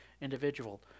individual